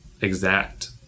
exact